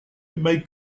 may